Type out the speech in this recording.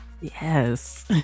yes